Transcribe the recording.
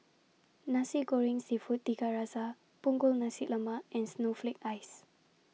Nasi Goreng Seafood Tiga Rasa Punggol Nasi Lemak and Snowflake Ice